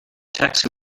taxi